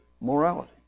morality